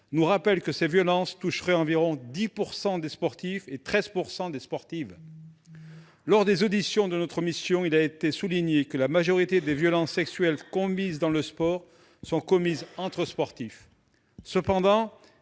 nous rappelle que ces violences toucheraient environ 10 % des sportifs et 13 % des sportives. Lors des auditions de notre mission, il a été souligné que la majorité des violences sexuelles commises dans le sport sont commises entre sportifs. Il n'en